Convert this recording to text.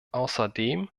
außerdem